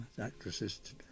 Actresses